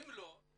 אם לא,